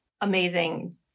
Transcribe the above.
amazing